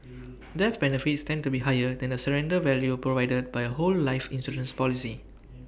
death benefits tend to be higher than the surrender value provided by A whole life insurance policy